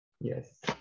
Yes